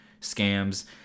scams